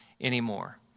anymore